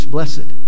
Blessed